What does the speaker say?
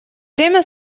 время